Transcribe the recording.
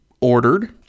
ordered